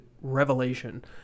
revelation